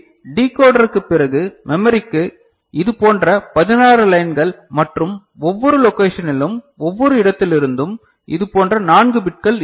எனவே டிகோடருக்குப் பிறகு மெமரிக்கு இதுபோன்ற 16 லைன்கள் மற்றும் ஒவ்வொரு லோகேஷனிலும் ஒவ்வொரு இடத்திலிருந்தும் இதுபோன்ற நான்கு பிட்கள் இருக்கும்